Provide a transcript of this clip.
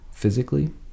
Physically